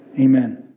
Amen